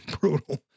brutal